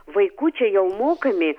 vaikučiai jau mokami